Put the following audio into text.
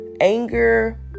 anger